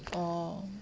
orh